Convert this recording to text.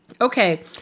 okay